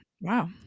wow